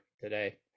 today